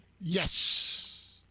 Yes